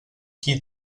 qui